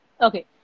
okay